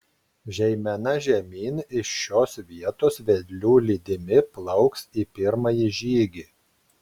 žeimena žemyn iš šios vietos vedlių lydimi plauks į pirmąjį žygį